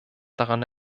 daran